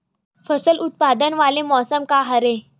फसल उत्पादन वाले मौसम का हरे?